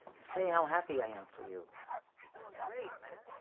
to say how happy i am for you. you're doing great, man.